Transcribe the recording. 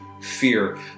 fear